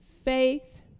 Faith